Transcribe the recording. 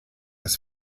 des